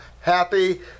Happy